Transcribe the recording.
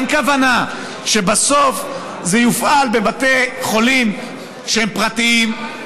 אין כוונה שבסוף זה יופעל בבתי חולים שהם פרטיים,